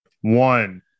one